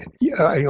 yeah.